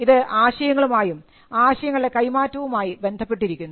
ഇത് ആശയങ്ങളുമായും ആശയങ്ങളുടെ കൈമാറ്റവും ആയി ബന്ധപ്പെട്ടിരിക്കുന്നു